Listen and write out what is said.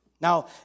Now